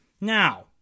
Now